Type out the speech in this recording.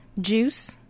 Juice